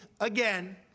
again